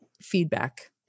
feedback